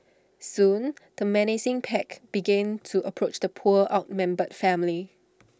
soon the menacing pack began to approach the poor outnumbered family